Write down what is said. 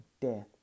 death